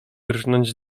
rżnąć